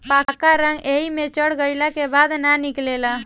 पक्का रंग एइमे चढ़ गईला के बाद ना निकले ला